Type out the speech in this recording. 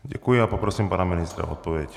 Děkuji a poprosím pana ministra o odpověď.